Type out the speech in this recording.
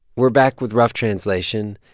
we're back with rough translation.